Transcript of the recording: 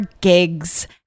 gigs